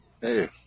Hey